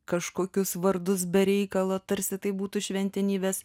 kažkokius vardus be reikalo tarsi tai būtų šventenybės